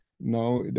Now